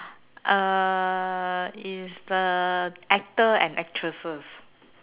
uh is the actor and actresses